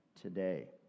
today